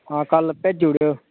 हां कल भेजी उड़ेओ